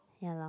ya lah